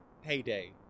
heyday